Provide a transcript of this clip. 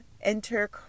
enter